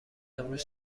امروز